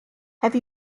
have